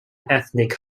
ethnic